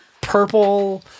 purple